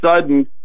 sudden